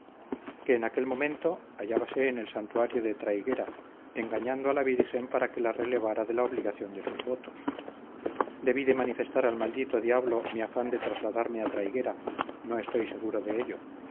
que en aquel momento hallábase en el santuario de traiguera engañando a la virgen para que la relevara de la obligación de sus votos debí de manifestar al maldito diablo mi afán de trasladarme a traiguera no estoy seguro de ello